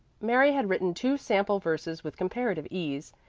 mary had written two sample verses with comparative ease,